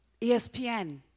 ESPN